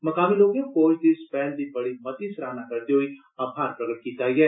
मकामी लोके फौज दी इस पैहल दी बड़ी मती सराहना करदे होई आभार प्रगट कीता ऐ